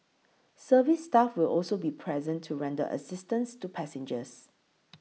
service staff will also be present to render assistance to passengers